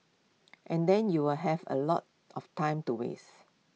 and then you will have A lot of time to waste